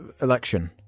election